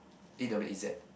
A_W_A_Z